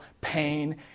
pain